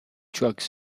drugs